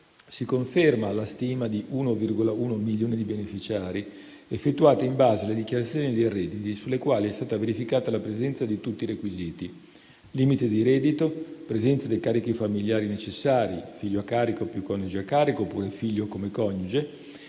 si conferma la stima di 1,1 milioni di beneficiari, effettuata in base alle dichiarazioni dei redditi sulle quali è stata verificata la presenza di tutti i requisiti: limite di reddito, presenza dei carichi familiari necessari (figlio a carico o più coniugi a carico, oppure figlio come coniuge),